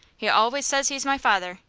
he always says he's my father,